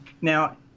Now